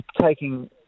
taking